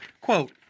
Quote